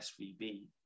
svb